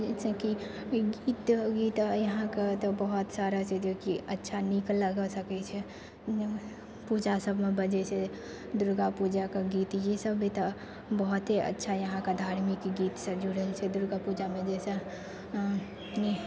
जैसे की गीत गीत यहाँके तऽ बहुत सारा छै अच्छा नीक लगै सकै छै पूजा सबमे बजै छै दुर्गा पूजाके गीत ई सब भी तऽ बहुत ही अच्छा यहाँके धार्मिक गीतसँ जुड़ल छै दुर्गा पूजामे जे सब